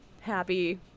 happy